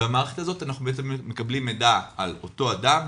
במערכת הזאת אנחנו מקבלים מידע על אותו אדם,